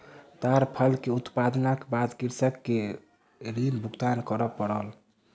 ताड़ फल के उत्पादनक बाद कृषक के ऋण भुगतान कर पड़ल